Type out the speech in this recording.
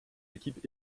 équipes